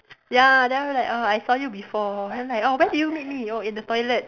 ya then after like oh I saw you before then like oh where did you meet me oh in the toilet